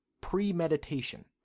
premeditation